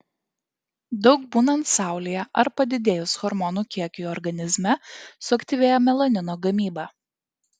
daug būnant saulėje ar padidėjus hormonų kiekiui organizme suaktyvėja melanino gamyba